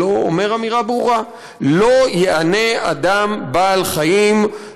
שלו אומר אמירה ברורה: "לא יענה אדם בעל-חיים,